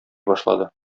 башлады